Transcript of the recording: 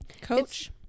Coach